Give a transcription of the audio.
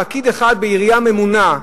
פקיד אחד בעירייה ממונה,